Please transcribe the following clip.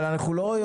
אבל אין מישהו